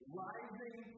rising